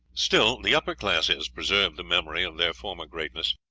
still, the upper classes preserve the memory of their former greatness.